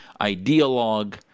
ideologue